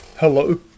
Hello